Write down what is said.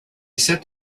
sat